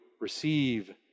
receive